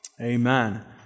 Amen